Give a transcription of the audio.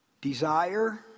Desire